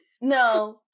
no